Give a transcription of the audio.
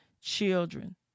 children